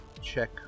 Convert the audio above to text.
check